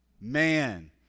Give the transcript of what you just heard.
man